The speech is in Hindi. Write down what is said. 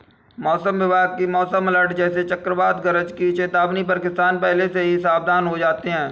मौसम विभाग की मौसम अलर्ट जैसे चक्रवात गरज की चेतावनी पर किसान पहले से ही सावधान हो जाते हैं